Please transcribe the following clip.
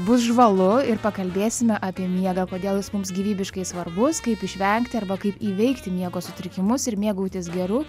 bus žvalu ir pakalbėsime apie miegą kodėl jis mums gyvybiškai svarbus kaip išvengti arba kaip įveikti miego sutrikimus ir mėgautis geru